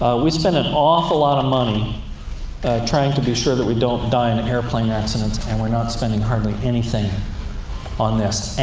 we spend an awful lot of money trying to be sure that we don't die in and airplane accidents, and we're not spending hardly anything on this. and